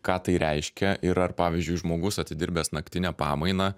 ką tai reiškia ir ar pavyzdžiui žmogus atidirbęs naktinę pamainą